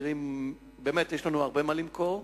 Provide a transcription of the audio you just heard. יש לנו הרבה מה למכור,